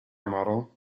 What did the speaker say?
model